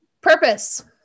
Purpose